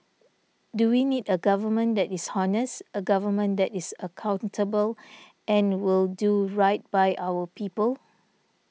do we need a government that is honest a government that is accountable and will do right by our people